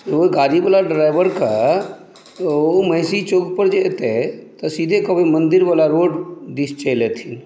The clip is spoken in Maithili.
ओ गाड़ीवला ड्राइवरक ओ महिषी चौक पर जे एतय तऽ सीधे कहबै मंदिरवला रोड दिस चलि एथिन